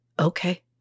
okay